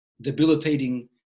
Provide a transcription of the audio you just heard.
debilitating